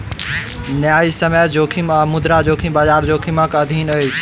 न्यायसम्य जोखिम आ मुद्रा जोखिम, बजार जोखिमक अधीन अछि